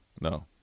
No